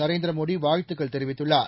நரேந்திர மோடி வாழ்த்துக்கள் தெரிவித்துள்ளார்